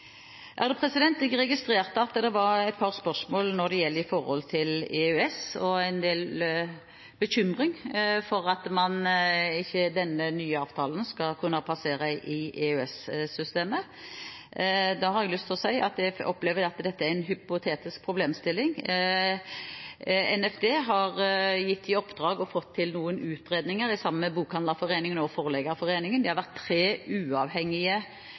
Jeg registrerte at det var et par spørsmål når det gjelder EØS, og en del bekymring for at denne nye avtalen ikke skal kunne passere i EØS-systemet. Da har jeg lyst til å si at jeg opplever at dette er en hypotetisk problemstilling – Nærings- og fiskeridepartementet har gitt i oppdrag og fått til noen utredninger sammen med Bokhandlerforeningen og Forleggerforeningen. Det har vært tre uavhengige